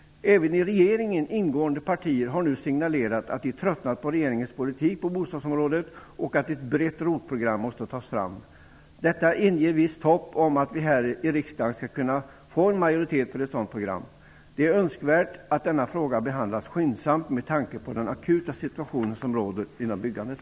Även i regeringen ingående partier har nu signalerat att de tröttnat på regeringens politik på bostadsområdet och att ett brett ROT-program måste tas fram. Detta inger visst hopp om att vi här i riksdagen skall kunna få majoritet för ett sådant program. Det är önskvärt att denna fråga behandlas skyndsamt, med tanke på den akuta situation som råder inom byggandet.